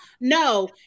No